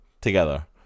together